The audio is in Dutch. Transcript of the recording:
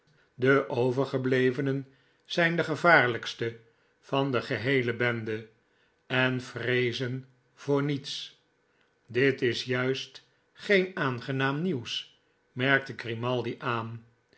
de overgeblevenen zijn de gevaarlijkste van de geheele bende en vreezen voor niets dit is juist geen aangenaam nieuws merkte grimaldi aan